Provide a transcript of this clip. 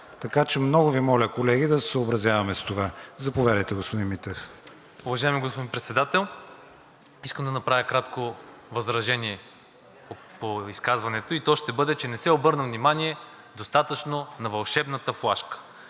Така че много Ви моля, колеги, да се съобразяваме с това. Заповядайте, господин Митев.